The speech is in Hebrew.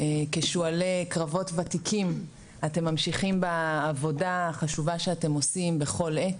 כשועלי קרבות ותיקים אתם ממשיכים בעבודה החשובה שאתם עושים בכל עת.